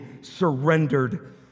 surrendered